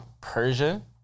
Persian